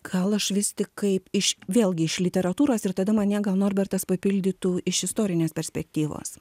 gal aš vis tik kaip iš vėlgi iš literatūros ir tada mane gal norbertas papildytų iš istorinės perspektyvos